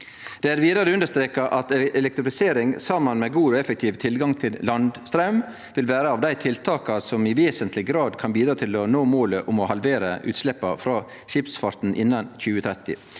Det er vidare understreka at ei elektrifisering saman med god og effektiv tilgang til landstraum vil vere av dei tiltaka som i vesentleg grad kan bidra til å nå målet om å halvere utsleppa frå skipsfarten innan 2030.